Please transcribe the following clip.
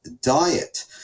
diet